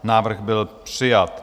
Návrh byl přijat.